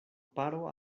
paro